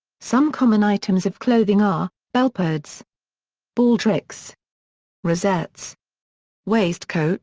some common items of clothing are bellpads baldrics rosettes waistcoats